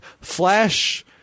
Flash